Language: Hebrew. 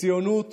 בציונות